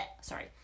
sorry